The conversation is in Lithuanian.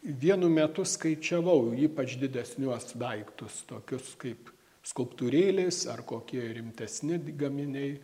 vienu metu skaičiavau ypač didesniuos daiktus tokius kaip skulptūrėlės ar kokie rimtesni gaminiai